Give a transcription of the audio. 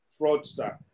fraudster